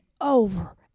over